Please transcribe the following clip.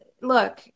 look